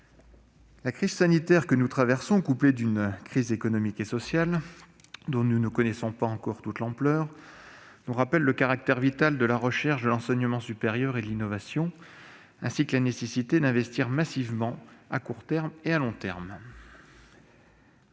La crise sanitaire que nous traversons, couplée à une crise économique et sociale dont nous ne connaissons pas encore toute l'ampleur, nous rappelle le caractère vital de la recherche, de l'enseignement supérieur et de l'innovation, ainsi que la nécessité d'investir massivement, aussi bien à court terme qu'à long terme.